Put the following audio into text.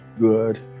good